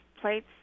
plates